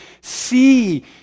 see